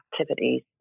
activities